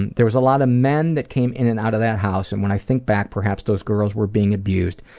and there was a lot of men who came in and out of that house, and when i think back perhaps those girls were being abused,